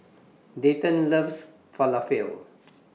Dayton loves Falafel